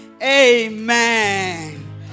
Amen